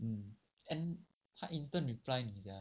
mm and 她 instant reply 你 sia